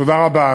תודה רבה.